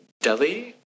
Delhi